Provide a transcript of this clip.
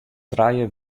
trije